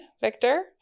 Victor